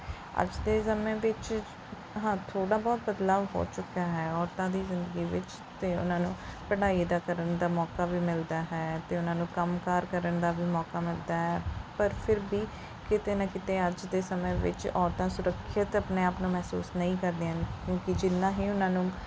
ਅੱਜ ਦੇ ਸਮੇਂ ਵਿੱਚ ਹਾਂ ਥੌੜ੍ਹਾ ਬਹੁਤ ਬਦਲਾਵ ਹੋ ਚੁੱਕਾ ਹੈ ਔਰਤਾਂ ਦੀ ਜ਼ਿੰਦਗੀ ਵਿੱਚ ਅਤੇ ਉਹਨਾਂ ਨੂੰ ਪੜ੍ਹਾਈ ਦਾ ਕਰਨ ਦਾ ਮੌਕਾ ਵੀ ਮਿਲਦਾ ਹੈ ਅਤੇ ਉਹਨਾਂ ਨੂੰ ਕੰਮਕਾਰ ਕਰਨ ਦਾ ਵੀ ਮੌਕਾ ਮਿਲਦਾ ਹੈ ਪਰ ਫਿਰ ਵੀ ਕਿਤੇ ਨਾ ਕਿਤੇ ਅੱਜ ਦੇ ਸਮੇਂ ਵਿੱਚ ਔਰਤਾਂ ਸੁਰੱਖਿਅਤ ਆਪਣੇ ਆਪ ਨੂੰ ਮਹਿਸੂਸ ਨਹੀਂ ਕਰਦੀਆਂ ਹਨ ਕਿਉਂਕਿ ਜਿੰਨਾ ਹੀ ਉਹਨਾਂ ਨੂੰ